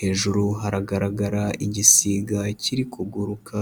hejuru haragaragara igisiga kiri kuguruka.